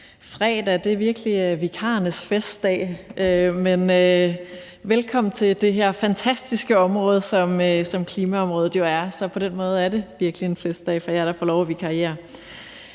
virkelig vikarernes festdag, men velkommen til det her fantastiske område, som klimaområdet jo er, så på den måde er det virkelig en festdag for jer, der får lov at vikariere.